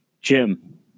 Jim